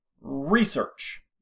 research